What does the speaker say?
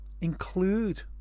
include